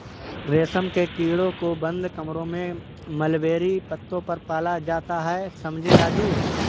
रेशम के कीड़ों को बंद कमरों में मलबेरी पत्तों पर पाला जाता है समझे राजू